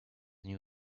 new